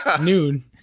noon